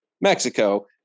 Mexico